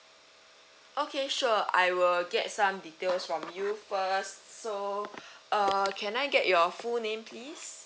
okay sure I will get some details from you first so uh can I get your full name please